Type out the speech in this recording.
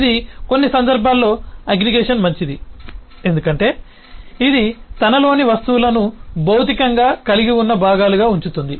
ఇది కొన్ని సందర్భాల్లో అగ్రిగేషన్ మంచిది ఎందుకంటే ఇది తనలోని వస్తువులను భౌతికంగా కలిగి ఉన్న భాగాలుగా ఉంచుతుంది